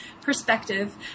perspective